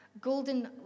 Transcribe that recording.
golden